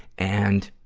and,